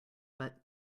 but